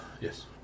Yes